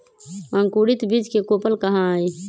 अंकुरित बीज के कोपल कहा हई